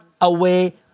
away